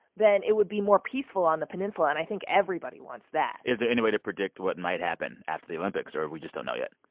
then it would be more peaceful on the peninsula, and i think everybody wants that is there any way to predict what might happen after the olympics, or we just don't know yet?